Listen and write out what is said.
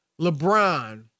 LeBron